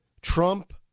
Trump